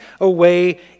away